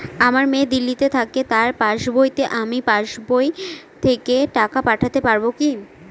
আমার মেয়ে দিল্লীতে থাকে তার পাসবইতে আমি পাসবই থেকে টাকা পাঠাতে পারব কি?